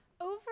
Over